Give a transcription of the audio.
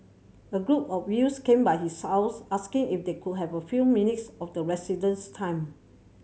a group of youths came by his house asking if they could have a few minutes of the resident's time